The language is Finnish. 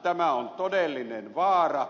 tämä on todellinen vaara